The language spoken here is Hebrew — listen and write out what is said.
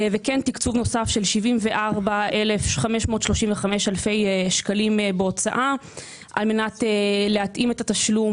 וכן תקצוב נוסף של 74,535 אלפי ש"ח בהוצאה על מנת להתאים את התשלום